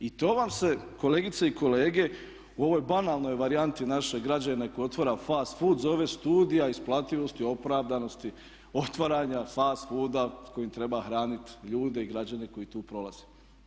I to vam se kolegice i kolege u ovoj banalnoj varijanti našeg građanina koji otvara fast food zove studija isplativosti, opravdanosti otvaranja fast fooda s kojim treba hraniti ljude i građane koji tu prolaze.